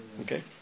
Okay